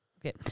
Okay